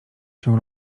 się